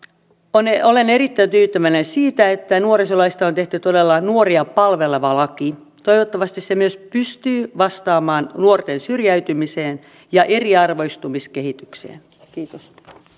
olen erittäin tyytyväinen siitä että nuorisolaista on tehty todella nuoria palveleva laki toivottavasti se myös pystyy vastaamaan nuorten syrjäytymiseen ja eriarvoistumiskehitykseen kiitos